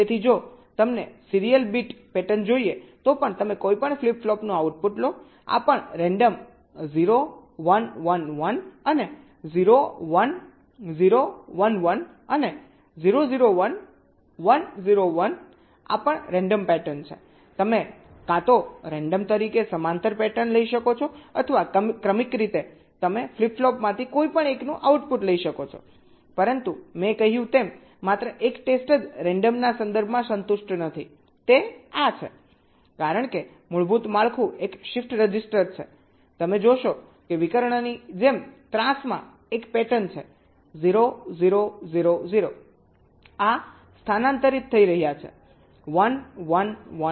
તેથી જો તમને સીરીયલ બીટ પેટર્ન જોઈએ તો પણ તમે કોઈપણ ફ્લિપ ફ્લોપનું આઉટપુટ લો આ પણ રેન્ડમ 0 1 1 1 અને 0 1 0 1 1 અને 0 0 1 1 0 1 આ પણ રેન્ડમ પેટર્ન છે તમે કાં તો રેન્ડમ તરીકે સમાંતર પેટર્ન લઈ શકો છો અથવા ક્રમિક રીતે તમે ફ્લિપ ફ્લોપમાંથી કોઈપણ એકનું આઉટપુટ લઈ શકો છો પરંતુ મેં કહ્યું તેમ માત્ર એક ટેસ્ટ જે રેન્ડમના સંદર્ભમાં સંતુષ્ટ નથી તે આ છે કારણ કે મૂળભૂત માળખું એક શિફ્ટ રજિસ્ટર છે તમે જોશો કે વિકર્ણની જેમ ત્રાંસમાં એક પેટર્ન છે 0 0 0 0 આ સ્થાનાંતરિત થઈ રહ્યા છે 1 1 1 1